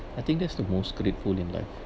I think that's the most grateful in life